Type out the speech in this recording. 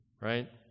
Right